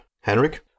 Henrik